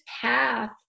path